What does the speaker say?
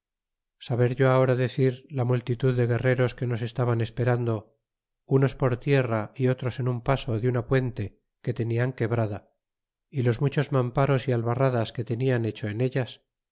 saber yo ahora decir la multitud de guerreros que nos estaban esperando unos por tierra é otros en un paso de una puente que tenían quebrada é los muchos mamparos y albarradas que tenian hecho en ellas